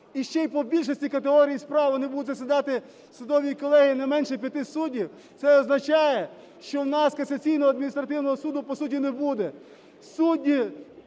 і ще й по більшості категорій справ вони будуть засідати в судовій колегії не менше 5 суддів, це означає, що у нас Касаційного адміністративного суду по суті не буде.